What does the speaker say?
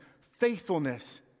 faithfulness